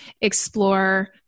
explore